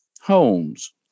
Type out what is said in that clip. homes